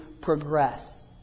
progress